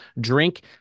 drink